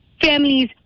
families